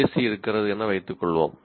SC இருக்கிறது என வைத்துக்கொள்வோம்